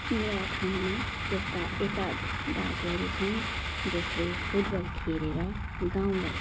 मेरा ठाउँमा यस्ता एकाध दाजुहरू छन् जसले फुटबल खेलेर गाउँलाई